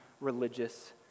religious